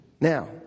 Now